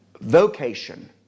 vocation